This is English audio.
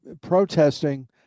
protesting